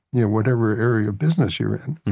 yeah whatever area of business you're in.